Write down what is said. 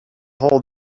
hold